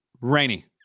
rainy